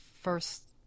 first